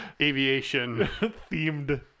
aviation-themed